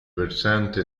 versante